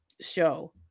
show